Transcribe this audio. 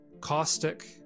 caustic